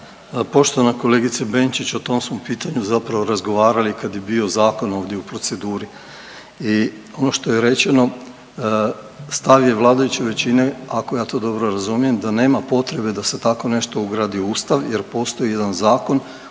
Poštovana kolegice Benčić o tom smo pitanju zapravo razgovarali kad je bio zakon ovdje u proceduri i ono što je rečeno stav je vladajuće većine ako ja to dobro razumijem, da nema potrebe da se tako nešto ugradi u Ustav jer postoji jedan zakon